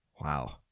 Wow